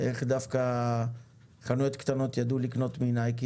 איך דווקא חנויות קטנות ידעו לקנות מנייקי